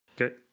Okay